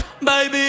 ¡Baby